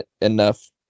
enough